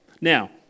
Now